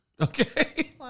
Okay